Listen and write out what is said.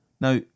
Now